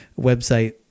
website